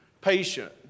patient